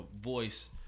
voice